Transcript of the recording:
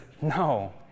no